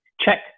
check